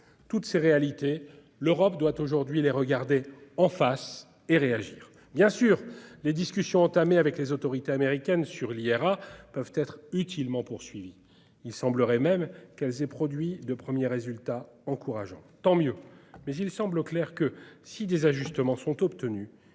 depuis 1933 ! L'Europe doit aujourd'hui regarder toutes ces réalités en face et réagir. Bien sûr, les discussions entamées avec les autorités américaines sur l'IRA peuvent être utilement poursuivies. Il semblerait même qu'elles aient produit de premiers résultats encourageants. Tant mieux, mais il semble clair que si des ajustements sont obtenus,